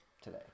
today